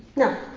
no.